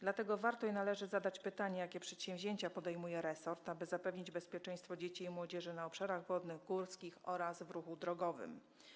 Dlatego warto i należy zadać pytanie: Jakie przedsięwzięcia podejmuje resort, aby zapewnić bezpieczeństwo dzieci i młodzieży na obszarach wodnych i górskich oraz w ruchu drogowym?